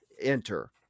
Enter